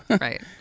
right